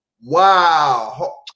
Wow